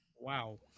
Wow